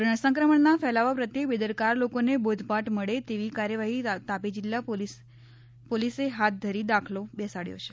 corona સંક્રમણના ફેલાવા પ્રત્યે બેદરકાર લોકોને બોધપાઠ મળે તેવી કાર્યવાહી તાપી જિલ્લા પોલીસે હાથ ધરી દાખલો બેસાડયો છે